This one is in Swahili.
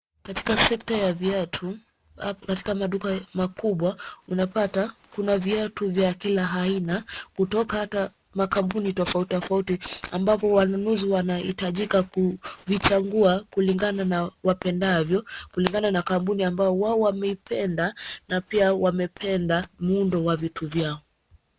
Katika sekta ya viatu, hap katika maduka makubwa unapata kuna viatu vya kila aina kutoka hata makampuni tofautitofauti, ambapo wanunuzi wanahitajika kuvichagua kulingana na wapendavyo, kulingana na kampuni wao wameipenda na pia wamependa muundo wa vitu vyao.